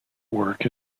work